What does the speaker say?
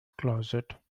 closet